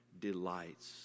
delights